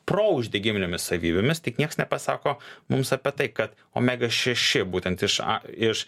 pro uždegiminėmis savybėmis tik niekas nepasako mums apie tai kad omega šeši būtent iš a iš